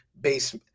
base